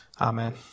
Amen